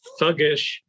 thuggish